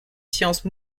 sciences